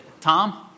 Tom